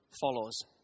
follows